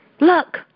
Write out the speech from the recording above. Look